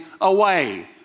away